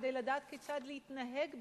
כדי לדעת כיצד להתנהג בחברה.